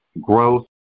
growth